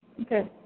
Okay